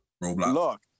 look